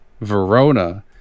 Verona